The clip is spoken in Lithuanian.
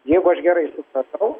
jeigu aš gerai supratau